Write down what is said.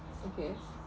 okay